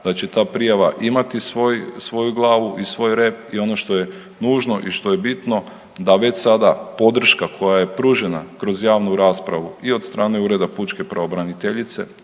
da će ta prijava imati svoju glavu i svoj rep i ono što je nužno i što je bitno da već sada podrška koja je pružena kroz javnu raspravu i od strane ureda pučke pravobranitelja